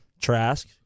Trask